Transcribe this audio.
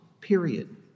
period